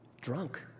drunk